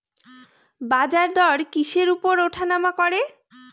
বাজারদর কিসের উপর উঠানামা করে?